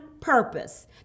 purpose